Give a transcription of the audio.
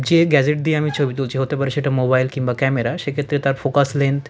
যে গ্যাজেট দিয়ে আমি ছবি তুলছি হতে পারে সেটা মোবাইল কিংবা ক্যামেরা সেক্ষেত্রে তার ফোকাস লেন্থ